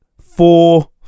Four